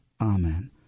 Amen